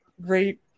great